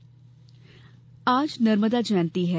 नर्मदा जयंती आज नर्मदा जयंति है